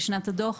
בשנת הדוח.